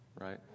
right